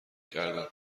کردم